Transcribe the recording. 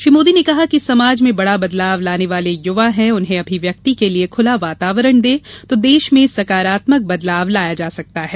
श्री मोदी ने कहा कि समाज में बड़ा बदलाव लाने वाले युवा हैं उन्हें अभिव्यक्ति के लिए खुला वातावरण दें तो देश में सकारात्मक बदलाव लाया जा सकता है